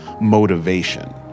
motivation